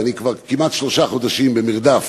ואני כמעט שלושה חודשים במרדף